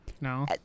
no